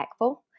impactful